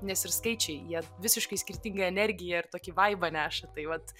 nes ir skaičiai jie visiškai skirtingą energiją ir tokį vaibą neša tai vat